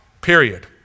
period